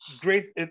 great